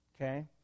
Okay